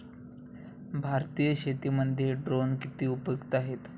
भारतीय शेतीमध्ये ड्रोन किती उपयुक्त आहेत?